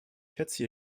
schätze